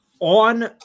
on